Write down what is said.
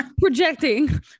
projecting